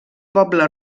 poble